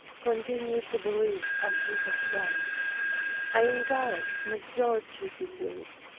continue to believe as you have done i encourage and exhort you to do it.